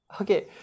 okay